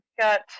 got